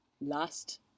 last